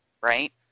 right